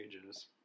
pages